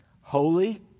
holy